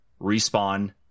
Respawn